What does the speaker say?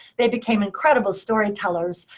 they became incredible storytellers.